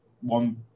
one